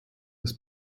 ist